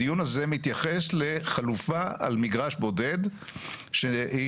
הדיון הזה מתייחס לחלופה על מגרש בודד שהיא